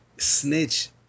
Snitch